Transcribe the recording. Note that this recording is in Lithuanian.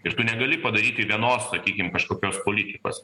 ir tu negali padaryti vienos sakykim kažkokios politikos